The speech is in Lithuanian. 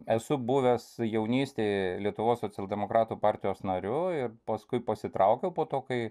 esu buvęs jaunystėj lietuvos socialdemokratų partijos nariu ir paskui pasitraukiau po to kai